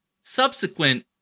subsequent